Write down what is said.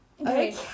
okay